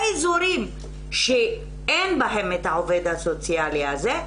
באזורים שאין בהם את העובד הסוציאלי הזה,